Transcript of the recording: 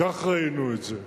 כך ראינו את זה.